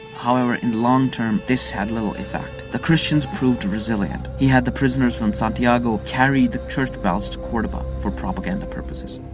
however, in the long term, this had little effect. the christians proved resilient. he had the prisoners from santiago carry the church bells to cordoba for propaganda purposes.